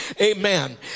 Amen